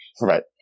right